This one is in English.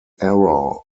error